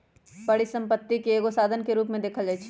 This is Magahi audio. परिसम्पत्ति के एगो साधन के रूप में देखल जाइछइ